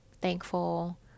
thankful